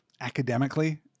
academically